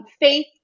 Faith